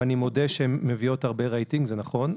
ואני מודה שהן מביאות הרבה רייטינג, זה נכון,